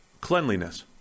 cleanliness